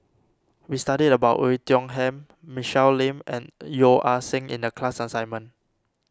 we studied about Oei Tiong Ham Michelle Lim and Yeo Ah Seng in the class assignment